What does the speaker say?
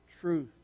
truth